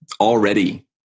already